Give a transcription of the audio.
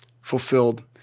fulfilled